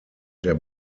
der